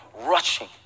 rushing